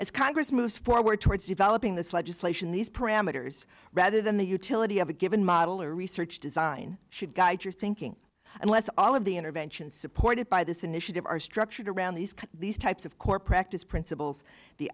as congress moves forward towards developing this legislation these parameters rather than the utility of a given model or research design should guide your thinking unless all of the interventions supported by this initiative are structured around these these types of core practice principles the